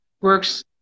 works